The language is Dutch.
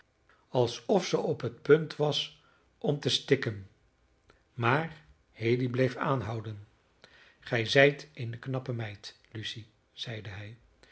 alsof ze op het punt was om te stikken maar haley bleef aanhouden gij zijt eene knappe meid lucy zeide hij